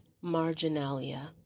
Marginalia